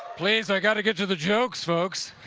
please, i got to get to the jokes, folks.